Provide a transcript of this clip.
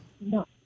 no